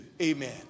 Amen